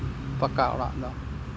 ᱯᱟᱠᱟ ᱚᱲᱟᱜ ᱫᱚ